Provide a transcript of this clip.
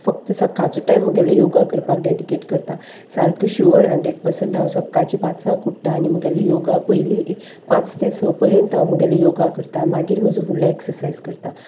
फक्त सकाळचो टायम म्हगेलो योगा करपाक डेडिकेट करता सारको शुअर हंड्रेड पर्संट हांव सकाळचें पांचांक उठ्ठा आनी म्हगेलो योगा पयलीं पांच ते स पर्यंत हांव म्हगेलो योगा करता मागीर म्हजो फुडलो एक्सरसायज करता